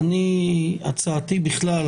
הצעתי בכלל,